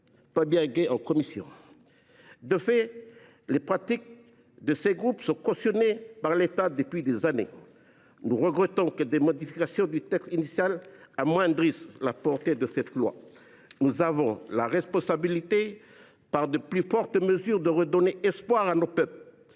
Fabien Gay en commission, avec la caution de l’État depuis des années. Nous regrettons que les modifications du texte initial amoindrissent la portée de ce texte. Nous avons la responsabilité, par de plus fortes mesures, de redonner espoir à nos peuples,